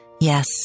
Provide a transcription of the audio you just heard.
Yes